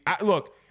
look